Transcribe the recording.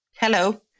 Hello